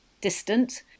distant